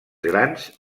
grans